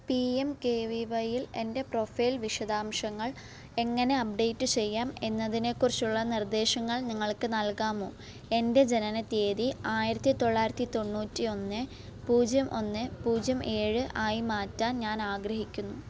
P M K V Y യിൽ എന്റെ profile വിശദാംശങ്ങൾ എങ്ങനെ അപ്ഡേറ്റ് ചെയ്യാം എന്നതിനെക്കുറിച്ചുള്ള നിർദ്ദേശങ്ങൾ നിങ്ങൾക്ക് നൽകാമോ എന്റെ ജനനത്തീയതി ആയിരത്തിത്തൊള്ളായിരത്തിത്തൊണ്ണൂറ്റി ഒന്ന് പൂജ്യം ഒന്ന് പൂജ്യം ഏഴ് ആയി മാറ്റാൻ ഞാൻ ആഗ്രഹിക്കുന്നു